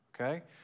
Okay